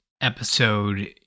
episode